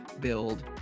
build